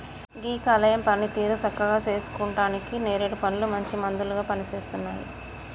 గీ కాలేయం పనితీరుని సక్కగా సేసుకుంటానికి నేరేడు పండ్లు మంచి మందులాగా పనిసేస్తున్నాయి